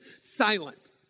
silent